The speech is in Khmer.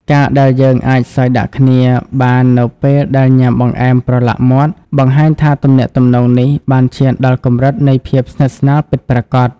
ការដែលយើងអាចសើចដាក់គ្នាបាននៅពេលដែលញ៉ាំបង្អែមប្រឡាក់មាត់ បង្ហាញថាទំនាក់ទំនងនេះបានឈានដល់កម្រិតនៃភាពស្និទ្ធស្នាលពិតប្រាកដ។